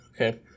okay